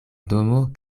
domo